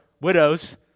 widows